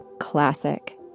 classic